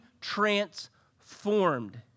transformed